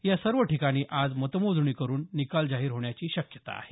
या सर्व ठिकाणी आज मतमोजणी करुन निकाल जाहीर होण्याची शक्यता आहे